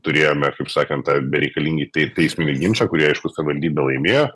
turėjome kaip sakant bereikalingi tei teisminį ginčą kurį aišku savivaldybė laimėjo